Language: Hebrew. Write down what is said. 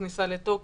כניסה לתוקף,